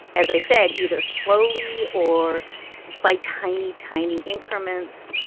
as i said, either slowly or by tiny, tiny increments.